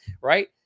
right